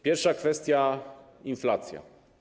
Pierwsza kwestia - inflacja.